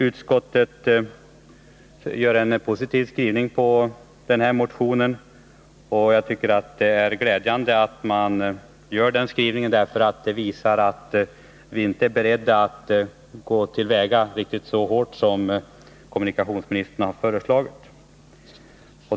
Utskottet gör en positiv skrivning över motionen, och jag tycker det är glädjande, för det visar att vi inte är beredda att gå till väga riktigt så hårt som kommunikationsministern har föreslagit.